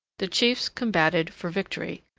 the chiefs combated for victory,